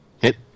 Hit